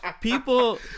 people